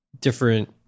different